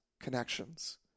connections